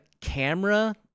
camera